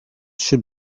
should